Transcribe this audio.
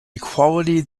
equality